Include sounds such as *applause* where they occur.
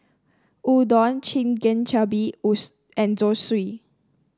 Udon Chigenabe *unintelligible* and Zosui